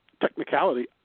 technicality